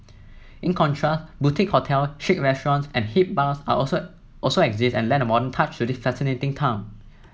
in contrast boutique hotel chic restaurants and hip bars are also also exist and lend a modern touch to this fascinating town